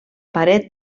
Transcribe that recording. paret